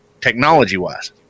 technology-wise